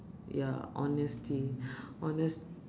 ya honesty honest